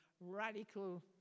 Radical